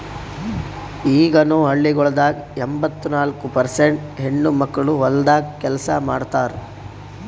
ಈಗನು ಹಳ್ಳಿಗೊಳ್ದಾಗ್ ಎಂಬತ್ತ ನಾಲ್ಕು ಪರ್ಸೇಂಟ್ ಹೆಣ್ಣುಮಕ್ಕಳು ಹೊಲ್ದಾಗ್ ಕೆಲಸ ಮಾಡ್ತಾರ್